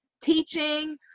teaching